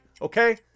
okay